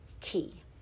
key